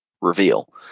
Reveal